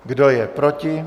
Kdo je proti?